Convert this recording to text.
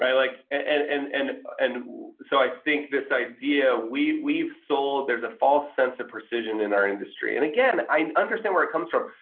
like and and and and so i think this idea we've we've sold, there's a false sense of precision in our industry. and again, i understand where it comes from.